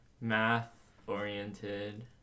math-oriented